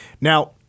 Now